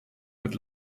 wird